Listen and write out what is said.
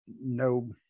No